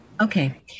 Okay